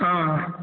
ஆ